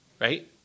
right